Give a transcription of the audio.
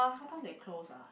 what time they closed ah